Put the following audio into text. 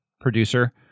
producer